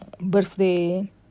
birthday